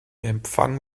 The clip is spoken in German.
empfang